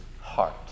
heart